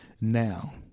now